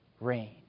rain